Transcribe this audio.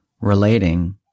relating